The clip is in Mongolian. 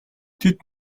тэд